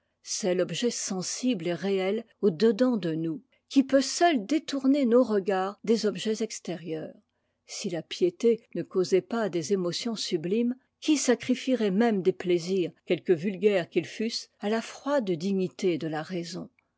l'objet sensible et réel au dedans de nous qui peut seul détourner nos regards des objets extérieurs si la piété ne causait pas des émotions sublimes qui sacrifierait même des plaisirs quelque vulgaires qu'ils fussent à la froide dignité de la raison